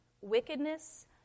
wickedness